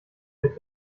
der